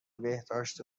بهداشت